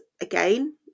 again